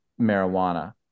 marijuana